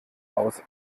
aus